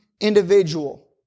individual